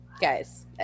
Guys